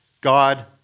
God